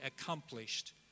accomplished